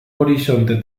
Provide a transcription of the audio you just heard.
horizonte